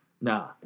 nah